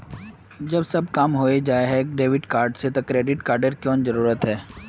जब सब काम होबे जाय है डेबिट कार्ड से तो क्रेडिट कार्ड की कोन जरूरत है?